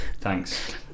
Thanks